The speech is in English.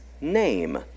name